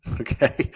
okay